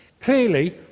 Clearly